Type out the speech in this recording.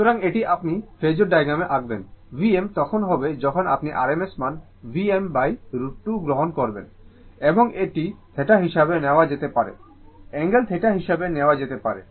সুতরাং এটি আপনি ফেজোর ডায়াগ্রামে আঁকবেন Vm তখন হবে যখন আপনি rms মান Vm √ 2 গ্রহণ করবেন এবং এটি θ হিসাবে নেওয়া যেতে পারে অ্যাঙ্গেল θ হিসাবে নেওয়া যেতে পারে